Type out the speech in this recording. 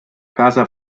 casa